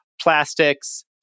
plastics